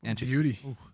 Beauty